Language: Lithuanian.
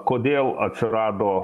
kodėl atsirado